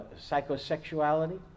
psychosexuality